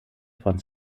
von